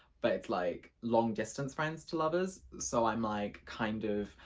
but it's like long-distance friends to lovers so i'm like kind of,